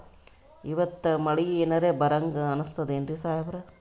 ಇವತ್ತ ಮಳಿ ಎನರೆ ಬರಹಂಗ ಅನಿಸ್ತದೆನ್ರಿ ಸಾಹೇಬರ?